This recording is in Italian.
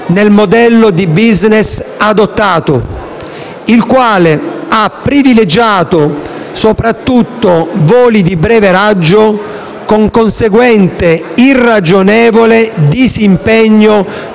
nel modello di *business* adottato, il quale ha privilegiato soprattutto voli di breve raggio, con conseguente irragionevole disimpegno